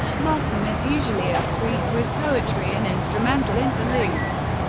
mugham is usually a suite with poetry and instrumental interludes.